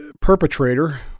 perpetrator